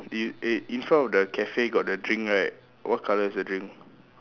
you eh in front of the cafe got the drink right what colour is your drink